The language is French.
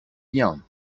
bien